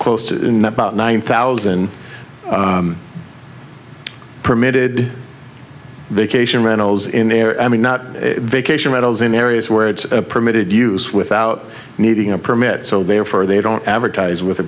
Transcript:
close to about one thousand permitted vacation rentals in their i mean not vacation rentals in areas where it's permitted use without needing a permit so therefore they don't advertise with a